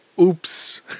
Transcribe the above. Oops